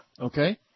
Okay